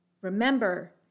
Remember